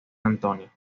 antonio